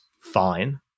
fine